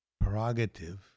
prerogative